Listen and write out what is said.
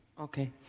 Okay